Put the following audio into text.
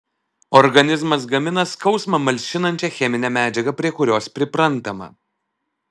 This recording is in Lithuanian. organizmas gamina skausmą malšinančią cheminę medžiagą prie kurios priprantama